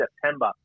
september